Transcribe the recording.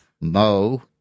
Mo